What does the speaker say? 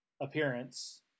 appearance